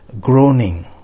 groaning